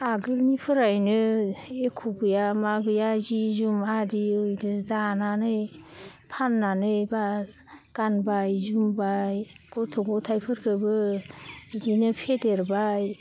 आगोलनिफ्रायनो एख' गैया मा गैया जि जुम आदि उदि दानानै फाननानै बा गानबाय जोमबाय गथ' गथायफोरखोबो बिदिनो फेदेरबाय